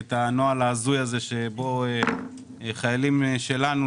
את הנוהל ההזוי הזה שבו חיילים שלנו,